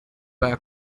bags